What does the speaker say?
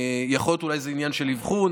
יכול להיות שאולי זה עניין של אבחון.